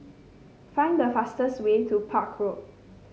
find the fastest way to Park Road